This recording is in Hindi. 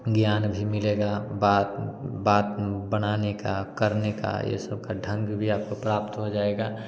ज्ञान भी मिलेगा बात बात बनाने का करने का ये सब का ढंग भी आपको प्राप्त हो जाएगा